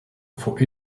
before